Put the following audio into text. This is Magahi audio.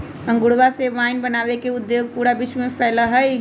अंगूरवा से वाइन बनावे के उद्योग पूरा विश्व में फैल्ल हई